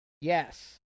Yes